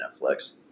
Netflix